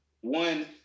one